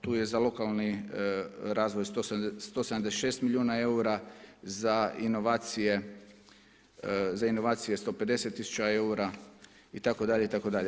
Tu je za lokalni razvoj 176 milijuna eura, za inovacije 150 tisuća eura itd., itd.